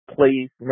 Please